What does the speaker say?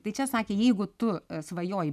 tai čia sakė jeigu tu svajoji